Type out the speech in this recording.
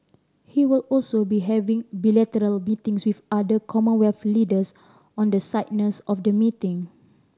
he will also be having bilateral meetings with other Commonwealth leaders on the sidelines of the meeting